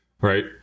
right